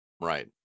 right